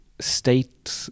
State